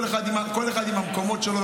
כל אחד עם המקומות שלו,